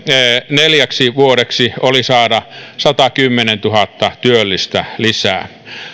neljäksi vuodeksi oli saada satakymmentätuhatta työllistä lisää